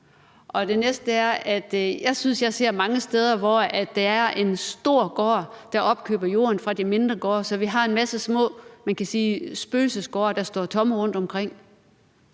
Og det næste er, at jeg synes, jeg ser mange steder, at der er en stor gård, der opkøber jorden fra de mindre gårde, så vi har en masse små spøgelsesgårde, der står tomme rundtomkring.